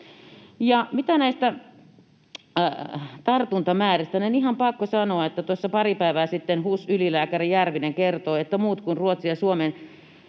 Näistä tartuntamääristä on ihan pakko sanoa, että tuossa pari päivää sitten HUS-ylilääkäri Järvinen kertoi, että muiden kuin ruotsin‑ ja